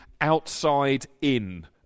outside-in